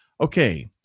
Okay